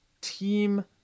team